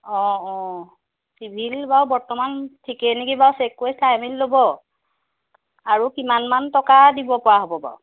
অঁ অঁ চিভিল বাৰু বৰ্তমান ঠিকেই নেকি বাৰু চেক কৰি চাই মেলি ল'ব আৰু কিমানমান টকা দিব পৰা হ'ব বাৰু